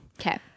Okay